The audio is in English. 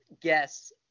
guess